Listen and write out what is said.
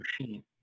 machine